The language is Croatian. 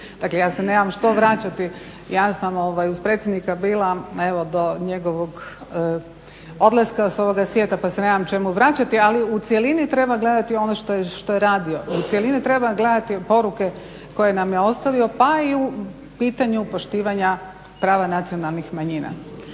Dakle, ja se nemam što vraćati, ja sam uz predsjednika bila evo do njegovog odlaska s ovoga svijeta pa se nemam čemu vraćati. Ali u cjelini treba gledati ono što je radio i u cjelini treba gledati poruke koje nam je ostavio pa i u pitanju poštivanja prava nacionalnih manjina.